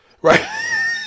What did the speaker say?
right